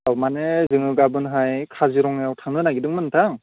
औ माने जों गाबोनहाय काजिरङायाव थांनो नागिरदोंमोन नोंथां